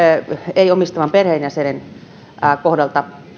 ei omistavan perheenjäsenen kohdalta